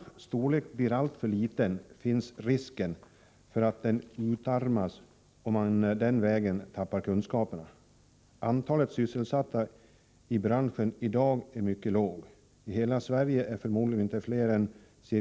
När en bransch blir alltför liten finns risken att branschen utarmas och att man den vägen tappar kunskaperna. Antalet sysselsatta inom branschen är i dag mycket litet. I hela Sverige finns det förmodligen inte fler än